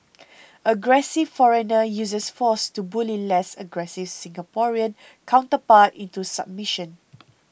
aggressive foreigner uses force to bully less aggressive Singaporean counterpart into submission